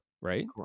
right